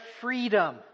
freedom